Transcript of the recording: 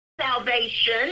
salvation